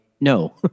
no